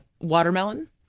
watermelon